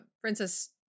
Princess